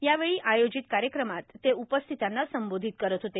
यावेळी आयोजित कार्यक्रमात ते उपस्थितांना संबोधित करीत होते